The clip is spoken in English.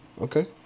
Okay